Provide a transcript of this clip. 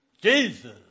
Jesus